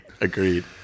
Agreed